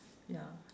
ya